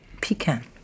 pecan